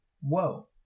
Whoa